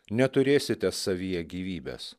neturėsite savyje gyvybės